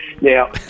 Now